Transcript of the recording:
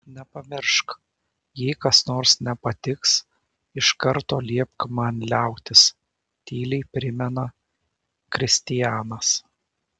nepamiršk jei kas nors nepatiks iš karto liepk man liautis tyliai primena kristianas